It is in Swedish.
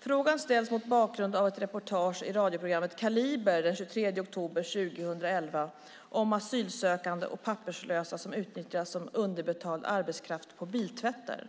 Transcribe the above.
Frågan ställs mot bakgrund av ett reportage i radioprogrammet Kaliber den 23 oktober 2011 om asylsökande och papperslösa som utnyttjas som underbetald arbetskraft på biltvättar.